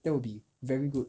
that will be very good